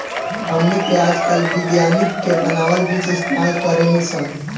हमनी के आजकल विज्ञानिक के बानावल बीज इस्तेमाल करेनी सन